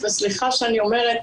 וסליחה שאני אומרת,